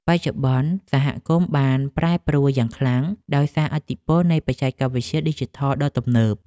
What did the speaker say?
បច្ចុប្បន្ន សហគមន៍បានប្រែប្រួលយ៉ាងខ្លាំងដោយសារឥទ្ធិពលនៃបច្ចេកវិទ្យាឌីជីថលដ៏ទំនើប។